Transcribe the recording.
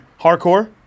Hardcore